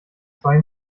zwei